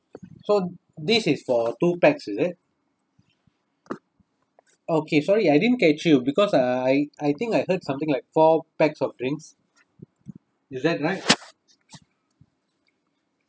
so this is for two pax is it okay sorry I didn't catch you because uh I I think I heard something like four pax of drinks is that right